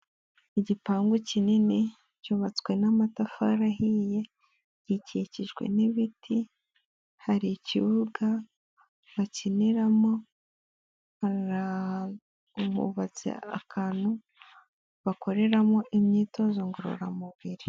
Igipangu kinini cyubatswe n'amatafari ahiye, gikikijwe n'ibiti, hari ikibuga bakiniramo barahubatse akantu bakoreramo imyitozo ngororamubiri.